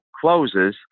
closes